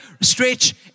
stretch